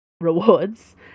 rewards